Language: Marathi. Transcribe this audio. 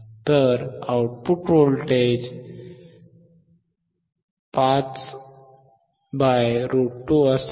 तर आउटपुट व्होल्टेज 5√2 असेल